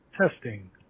testing